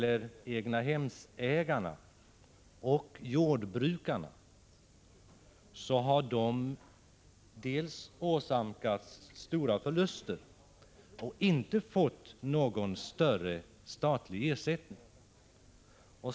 Egnahemsägarna och jordbrukarna, som också åsamkades stora förluster, har däremot inte fått någon större statlig ersättning.